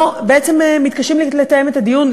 בעצם מתקשים לתאם את הדיון.